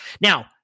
Now